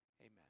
Amen